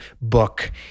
book